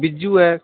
بجو ہے